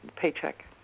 Paycheck